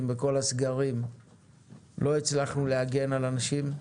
וכל הסגרים לא הצלחנו להגן על אנשים?